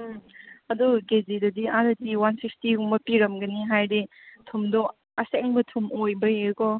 ꯎꯝ ꯑꯗꯨ ꯀꯦꯖꯤꯗꯗꯤ ꯑꯥꯗꯗꯤ ꯋꯥꯟ ꯐꯤꯐꯇꯤ ꯄꯤꯔꯝꯒꯅꯤ ꯍꯥꯏꯔꯗꯤ ꯊꯨꯝꯗꯣ ꯑꯁꯦꯡꯕ ꯊꯨꯝ ꯑꯣꯏꯕꯒꯤꯀꯣ